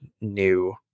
new